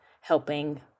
helping